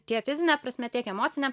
tiek fizine prasme tiek emocine